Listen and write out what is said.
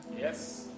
Yes